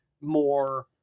more